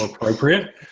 appropriate